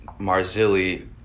Marzilli